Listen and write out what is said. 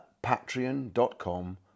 patreon.com